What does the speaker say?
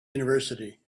university